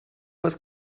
was